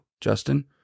Justin